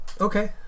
Okay